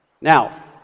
Now